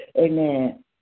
amen